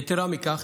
יתרה מכך,